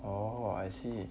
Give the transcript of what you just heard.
oh I see